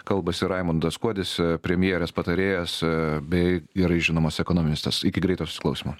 kalbasi raimundas kuodis premjerės patarėjas bei gerai žinomas ekonomistas iki greito susiklausymo